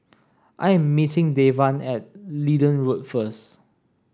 I am meeting Devan at Leedon Road first